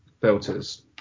filters